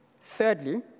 Thirdly